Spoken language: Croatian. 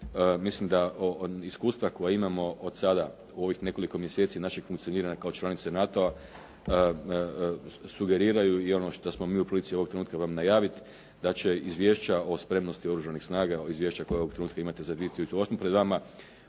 mislim da iskustva koja imamo od sada u ovih nekoliko mjeseci našeg funkcioniranja kao članice NATO-a sugeriraju, i ono što smo mi u prilici ovog trenutka vam najaviti da će izvješća o spremnosti Oružanih snaga, izvješća koja ovog trenutka imate za 2008. pred vama